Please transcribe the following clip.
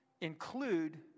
include